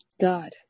God